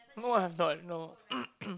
no I'm not no